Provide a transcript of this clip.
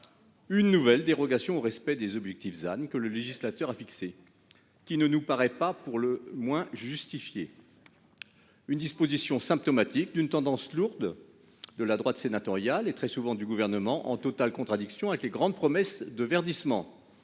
cette nouvelle dérogation au respect des objectifs ZAN fixés par législateur ne nous paraît, pour le moins, pas justifiée. Cette disposition est symptomatique d'une tendance lourde de la droite sénatoriale, et très souvent du Gouvernement, qui est en totale contradiction avec les grandes promesses de verdissement